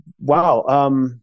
wow